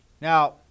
Now